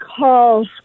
call